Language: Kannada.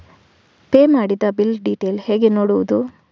ಪೇ ಮಾಡಿದ ಬಿಲ್ ಡೀಟೇಲ್ ಹೇಗೆ ನೋಡುವುದು?